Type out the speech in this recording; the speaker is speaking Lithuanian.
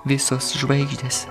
visos žvaigždės